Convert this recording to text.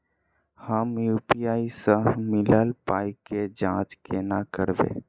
हम यु.पी.आई सअ मिलल पाई केँ जाँच केना करबै?